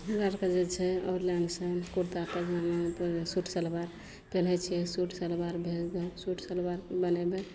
हमरा आरके जे छै ऑनलाइनसँ कुर्ता पायजामा के सूट सलवार पेन्हय छियै सूट सलवार भेल सूट सलवार मँगेबय